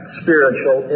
spiritual